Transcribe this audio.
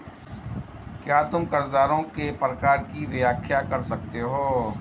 क्या तुम कर्जदारों के प्रकार की व्याख्या कर सकते हो?